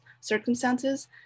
circumstances